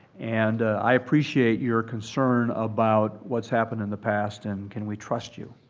and i appreciate your concern about what's happened in the past and can we trust you.